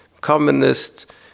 communist